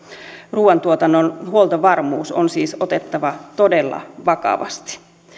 ruuantuotannon huoltovarmuus on siis otettava todella vakavasti